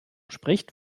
spricht